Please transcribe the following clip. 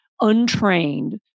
untrained